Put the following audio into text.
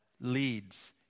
leads